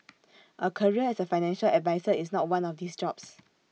A career as A financial advisor is not one of these jobs